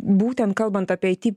būtent kalbant apie it